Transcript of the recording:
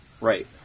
Right